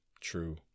true